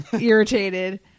irritated